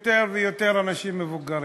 יותר ויותר אנשים מבוגרים,